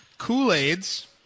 Kool-Aids